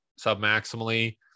submaximally